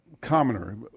commoner